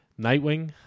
Nightwing